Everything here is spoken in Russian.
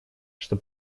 что